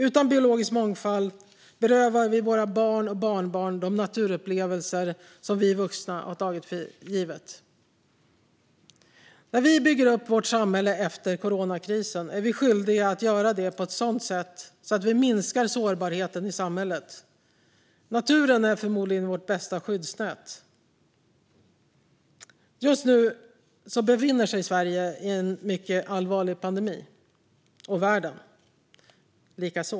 Utan biologisk mångfald berövar vi våra barn och barnbarn de naturupplevelser som vi vuxna har tagit för givna. När vi bygger upp vårt samhälle efter coronakrisen är vi skyldiga att göra det på ett sådant sätt att vi minskar sårbarheten i samhället. Naturen är förmodligen vårt bästa skyddsnät. Just nu befinner sig Sverige och världen i en mycket allvarlig pandemi.